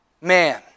man